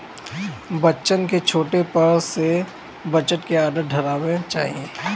बच्चन के छोटे पर से बचत के आदत धरावे के चाही